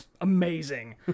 amazing